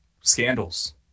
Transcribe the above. scandals